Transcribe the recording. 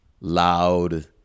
loud